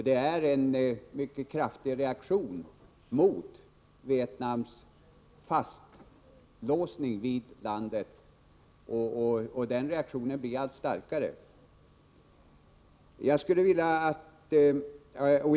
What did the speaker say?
Det finns en mycket kraftig reaktion mot Vietnams fastlåsning vid landet, och den reaktionen blir allt starkare.